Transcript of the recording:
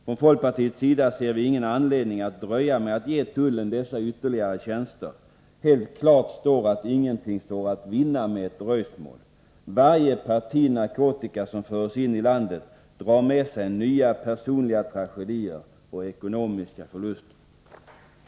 Från folkpartiets sida ser vi ingen anledning att dröja med att ge tullen dessa ytterligare tjänster. Det är helt klart att ingenting står att vinna med ett dröjsmål. Varje parti narkotika som förs in i landet drar med sig nya personliga tragedier och ekonomiska förluster.